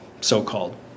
so-called